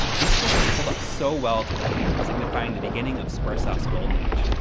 these trailers hold up so well today, signifying the beginning of square's ah golden age.